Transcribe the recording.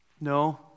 No